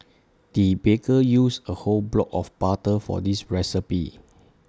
the baker used A whole block of butter for this recipe